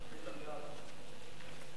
ההצעה להעביר את